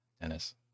Dennis